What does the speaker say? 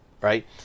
right